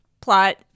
plot